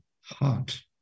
heart